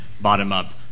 bottom-up